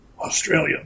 Australia